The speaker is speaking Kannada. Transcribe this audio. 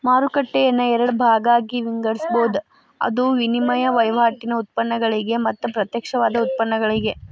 ಮಾರುಕಟ್ಟೆಯನ್ನ ಎರಡ ಭಾಗಾಗಿ ವಿಂಗಡಿಸ್ಬೊದ್, ಅದು ವಿನಿಮಯ ವಹಿವಾಟಿನ್ ಉತ್ಪನ್ನಗಳಿಗೆ ಮತ್ತ ಪ್ರತ್ಯಕ್ಷವಾದ ಉತ್ಪನ್ನಗಳಿಗೆ